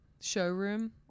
Showroom